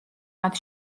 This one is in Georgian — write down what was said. მათ